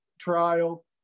trial